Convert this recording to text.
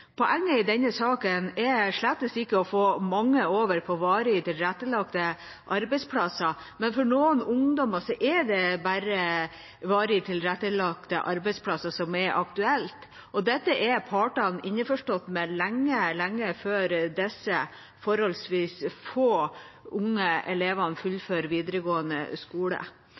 Poenget i denne saken er slett ikke å få mange over på varig tilrettelagte arbeidsplasser, men for noen ungdommer er det bare varig tilrettelagte arbeidsplasser som er aktuelle. Dette er partene innforstått med lenge før disse forholdsvis få, unge elevene fullfører videregående skole.